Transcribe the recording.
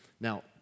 Now